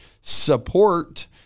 support